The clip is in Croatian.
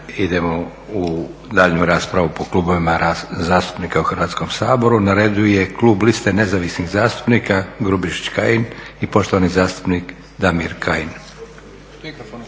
Idemo u daljnju raspravu po klubovima zastupnika u Hrvatskom saboru. Na redu je Klub liste nezavisnih zastupnika Grubišić – Kajin i poštovani zastupnik Damir Kajin.